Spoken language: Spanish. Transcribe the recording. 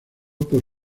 por